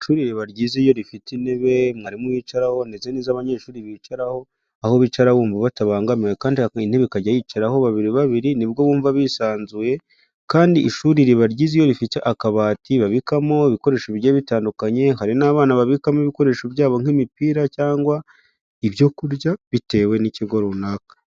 Ishuri riba ryiza iyo rifite intebe mwarimu yicaraho ndetse n'izo abanyeshuri bicaraho, aho bicara bumva batabangamiwe; kandi buri ntebe ikajya yicaraho babiri babiri ni bwo bumva bisanzuye, kandi ishuri riba ryiza iyo rifite akabati babikamo ibikoresho bijyiye bitandukanye, hari n'abana babikamo ibikoresho byabo nk'imipira cyangwa ibyo kurya bitewe n'ikigo runaka.